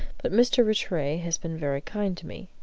but mr. rattray has been very kind to me.